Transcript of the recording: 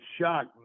shocked